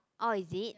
orh is it